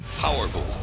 Powerful